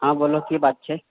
हँ बोलो कि बात छै